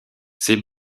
ses